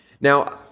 Now